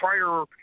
prior